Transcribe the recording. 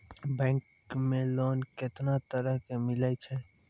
Bank मे loan कैतना तरह के मिलै छै?